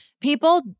People